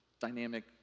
dynamic